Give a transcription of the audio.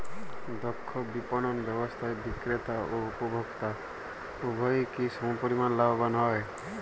দক্ষ বিপণন ব্যবস্থায় বিক্রেতা ও উপভোক্ত উভয়ই কি সমপরিমাণ লাভবান হয়?